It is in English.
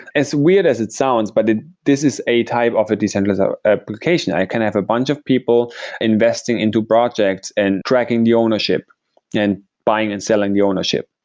as weird as it sounds, but this is a type of a decentralized application. i can have a bunch of people investing into projects and tracking the ownership and buying and selling the ownership.